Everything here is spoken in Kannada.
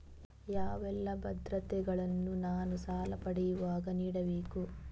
ಯಾವೆಲ್ಲ ಭದ್ರತೆಗಳನ್ನು ನಾನು ಸಾಲ ಪಡೆಯುವಾಗ ನೀಡಬೇಕು?